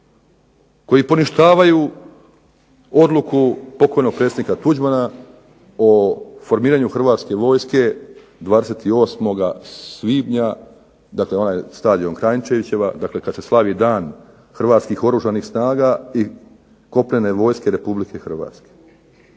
Koji poništavaju odluku pokojnog predsjednika Tuđmana o formiranju Hrvatske vojske 28. svibnja dakle, onaj stadion Kranjčevićeva, kada se slavi dan hrvatskih oružanih snaga i Kopnene vojske Republike Hrvatske.